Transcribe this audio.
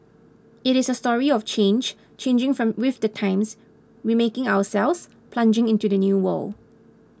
it is a story of change changing from with the times remaking ourselves plugging into the new world